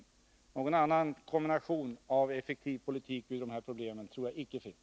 I varje fall tror inte jag att det finns någon annan kombination av effektiv politik för att lösa problemen.